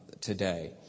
today